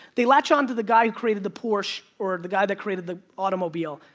they latch onto the guy who created the porsche, or the guy that created the automobile,